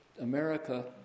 America